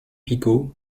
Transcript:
picaud